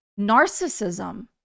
narcissism